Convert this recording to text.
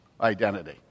identity